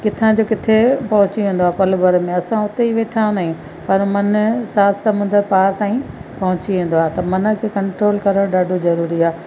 किथां जो किथे पहुची वेंदो आहे पल भर में असां हुते ई वेठा हूंदा आहियूं पर मनु सात समुंद्र पार ताईं पहुची वेंदो आहे त मन खे कंट्रोल करणु ॾाढो ज़रूरी आ्हे